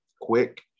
quick